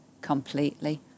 Completely